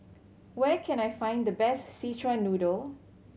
where can I find the best Szechuan Noodle